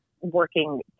working